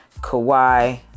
Kawhi